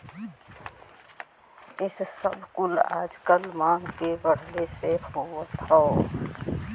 इ सब कुल आजकल मांग के बढ़ले से होत हौ